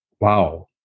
wow